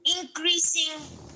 increasing